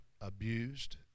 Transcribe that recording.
abused